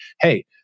hey